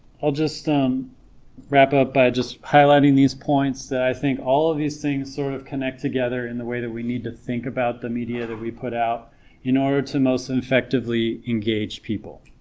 i'll just um wrap up by just highlighting these points that i think all of these things sort of connect together in the way that we need to think about the media that we put out in order to most effectively engage people